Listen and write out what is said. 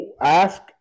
ask